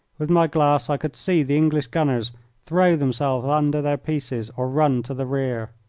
with my glass i could see the english gunners throw themselves under their pieces or run to the rear.